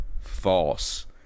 False